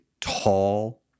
tall